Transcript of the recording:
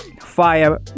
fire